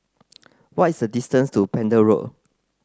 what is the distance to Pender Road